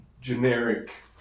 generic